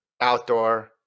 outdoor